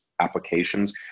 applications